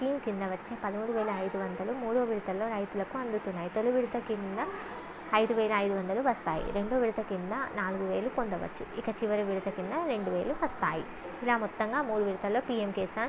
scheme కింద వచ్చే పదమూడు వేల ఐదు వందలు మూడు విడతలు రైతులకు అందుతున్నాయి తొలి విడత కింద ఐదు వేల ఐదు వందలు వస్తాయి రెండో విడత కింద నాలుగు వేలు పొందవచ్చు ఇక చివరి విడత కింద రెండు వేలు వస్తాయి ఇలా మొత్తంగా ముడి విడుదల్లో పీయం కిసాన్